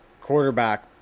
quarterback